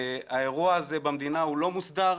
האירוע הזה במדינה הוא לא מוסדר.